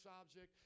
object